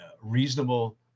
reasonable